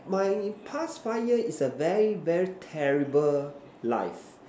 my past five year is a very very terrible life